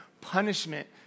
punishment